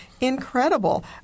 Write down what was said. incredible